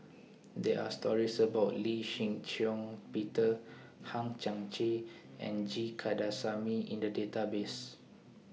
There Are stories about Lee Shih Shiong Peter Hang Chang Chieh and G Kandasamy in The Database